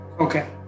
Okay